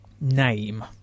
name